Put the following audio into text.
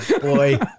boy